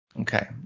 Okay